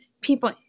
people